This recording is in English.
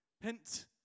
Hint